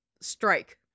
strike